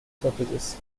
surfaces